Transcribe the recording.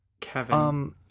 Kevin